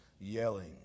yelling